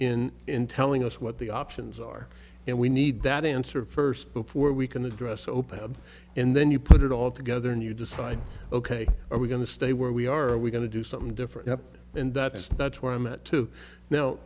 in in telling us what the options are and we need that answer first before we can address open head and then you put it all together and you decide ok are we going to stay where we are we going to do something different and that is that's where i'm at to now